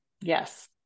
yes